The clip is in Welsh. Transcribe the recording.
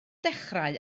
dechrau